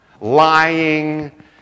lying